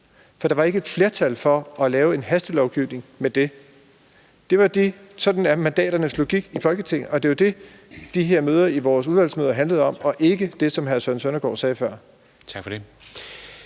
for der var ikke et flertal for at lave en hastelovgivning med det. Sådan er mandaternes logik i Folketinget. Og det var jo det, vores udvalgsmøder handlede om og ikke om det, som hr. Søren Søndergaard sagde før.